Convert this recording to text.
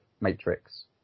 Matrix